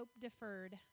deferred